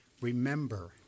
remember